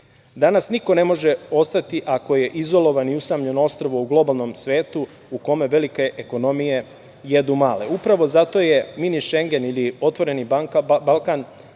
niko ne može ostati ako je izolovano i usamljeno ostrvo u globalnom svetu, u kome velike ekonomije jedu male. Upravo zato je "Mini Šengen" ili "Otvoreni Balkan"